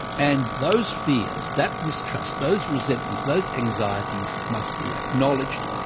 and those fears, that mistrust, those resentments, those anxieties must be acknowledged,